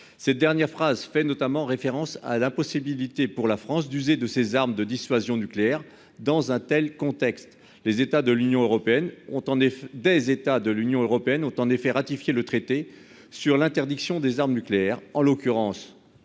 Cette dernière phrase fait notamment référence à l'impossibilité pour la France d'user de ses armes de dissuasion nucléaire dans un tel contexte, les États de l'Union européenne ont en effet des États de l'Union européenne ont en effet ratifié le traité sur l'interdiction des armes nucléaires en l'occurrence.